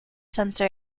sensor